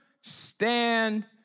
stand